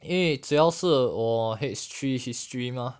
因为只要是我 H three history mah